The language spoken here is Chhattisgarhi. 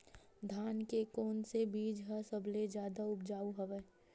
धान के कोन से बीज ह सबले जादा ऊपजाऊ हवय?